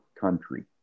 country